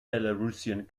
belarusian